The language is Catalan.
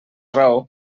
raó